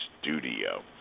Studio